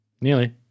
nearly